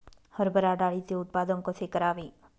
हरभरा डाळीचे उत्पादन कसे करावे?